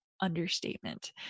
understatement